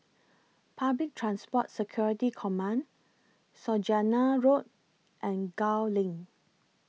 Public Transport Security Command Saujana Road and Gul LINK